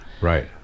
Right